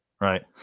Right